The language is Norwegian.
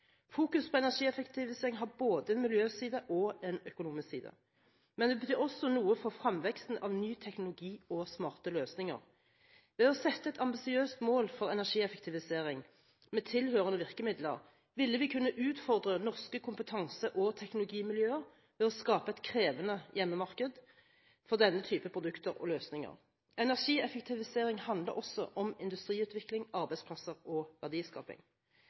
Fokus på energieffektivisering har både en miljøside og en økonomisk side, men det betyr også noe for fremveksten av ny teknologi og smarte løsninger. Ved å sette et ambisiøst mål for energieffektivisering med tilhørende virkemidler ville vi kunne utfordre norske kompetanse- og teknologimiljøer ved å skape et krevende hjemmemarked for denne type produkter og løsninger. Energieffektivisering handler også om industriutvikling, arbeidsplasser og verdiskaping.